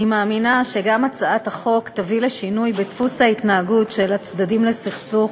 אני מאמינה שהחוק גם יביא לשינוי בדפוס ההתנהגות של הצדדים לסכסוך,